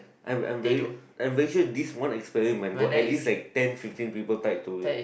I am I am very I am very sure this one experiment got at least like ten fifteen people tied to it